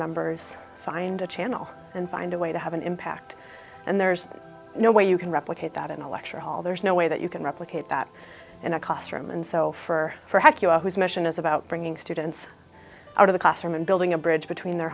members find a channel and find a way to have an impact and there's no way you can replicate that in a lecture hall there's no way that you can replicate that in a classroom and so for for heck you whose mission is about bringing students out of the classroom and building a bridge between their